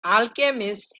alchemist